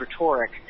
rhetoric